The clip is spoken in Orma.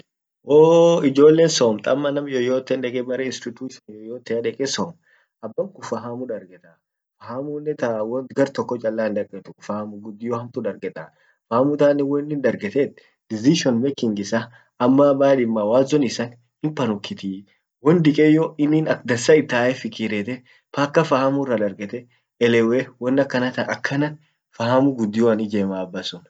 ijjolen somt ama nam yoyoten deke bare institution yoyoteah deke som, abbakun fahamu dargetah, fahamunnen ta wan gar toko chala hindargetuh ,fahamu gudioh hamtuh dargetah. Fahamutannen wain dargetet decision making issa ama maeden mawazon isan himpanukitih. won dikeyyoh inni ak dansa it tayeh fikiriyeteh paka fahamu ira dargeteh, eleweh wanakanatah akanna fahamu gudioan ijemah abasun.